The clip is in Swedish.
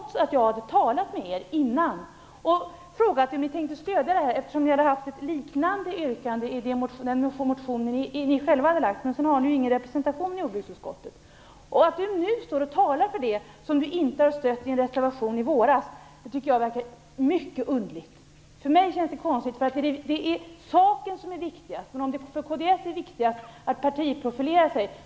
Jag hade tidigare talat med kds och frågat om man tänkte stödja vår reservation, då man också hade haft ett liknande yrkande i en motion. Kds har ju inte representation i jordbruksutskottet. Det verkar mycket underligt att Tuve Skånberg nu står och talar för det som han inte stödde i vår reservation i våras. För oss är det saken som är viktigast, men för kds kanske det är viktigast att partiprofilera sig.